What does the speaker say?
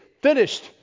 finished